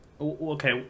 okay